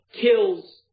kills